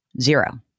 zero